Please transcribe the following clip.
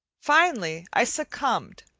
finally, i succumbed,